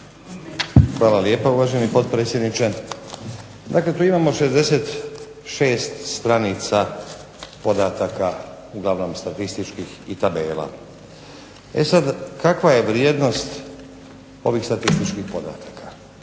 Hvala lijepa uvaženi potpredsjedniče. Dakle tu imamo 66 stranica podataka, uglavnom statističkih i tabela. E sad kakva je vrijednost ovih statističkih podataka?